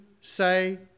say